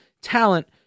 talent